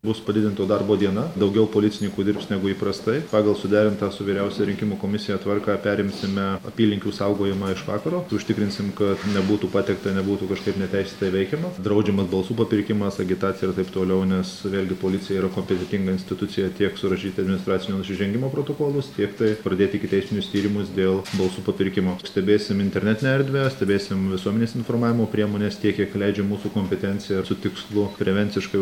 bus padidinto darbo diena daugiau policininkų dirbs negu įprastai pagal suderintą su vyriausiąja rinkimų komisija tvarką perimsime apylinkių saugojimą iš vakaro užtikrinsim kad nebūtų patekta nebūtų kažkaip neteisėtai veikiama sudraudžiamų balsų papirkimas agitacija ir taip toliau nes vėl gi policija yra kompetentinga institucija tiek surašyti administracinio nusižengimo protokolus tiek tai pradėti ikiteisminius tyrimus dėl balsų papirkimo stebėsim internetinę erdvę stebėsim visuomenės informavimo priemones tiek kiek leidžia mūsų kompetencija su tikslu prevenciškai